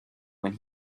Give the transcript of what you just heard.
when